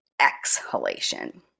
exhalation